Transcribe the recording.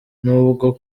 n’ubwo